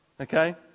Okay